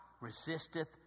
resisteth